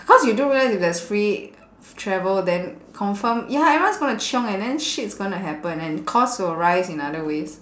cause you do realise if there's free travel then confirm ya everyone's gonna chiong and then shit is gonna happen and costs will rise in other ways